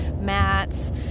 mats